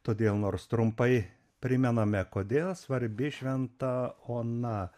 todėl nors trumpai primename kodėl svarbi šventa ona